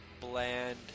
bland